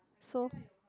so